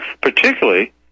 particularly